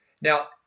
Now